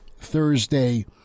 Thursday